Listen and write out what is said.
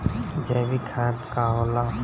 जैवीक खाद का होला?